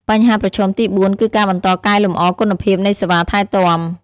បញ្ហាប្រឈមទីបួន គឺការបន្តកែលម្អគុណភាពនៃសេវាថែទាំ។